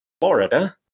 Florida